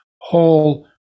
whole